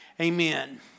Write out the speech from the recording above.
Amen